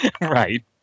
Right